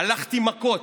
הלכתי מכות,